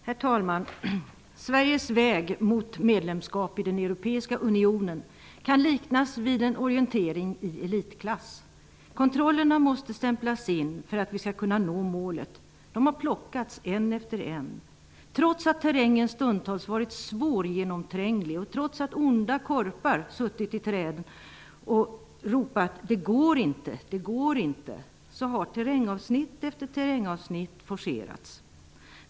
Herr talman! Sveriges väg mot medlemskap i den europeiska unionen kan liknas vid en orientering i elitklass. Kontrollerna som måste stämplas in för att vi skall kunna nå målet har plockats en efter en. Trots att terrängen har varit svårgenomtränglig och trots att onda korpar suttit i träden och ropat ''det går inte, det går inte'' har terrrängavsnitt efter terrängavsnitt forcerats.